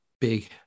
big